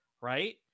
right